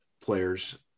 players